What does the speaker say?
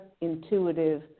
intuitive